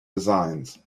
designs